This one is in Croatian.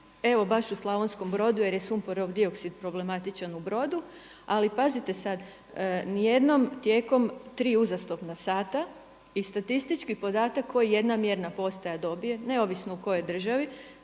evo baš u Slavonskom Brodu jer je sumporov dioksid problematičan u Brodu. Ali pazite sad, ni jednom tijekom tri uzastopna sata i statistički podatak koji jedna mjerna postaja dobije neovisno u kojoj državi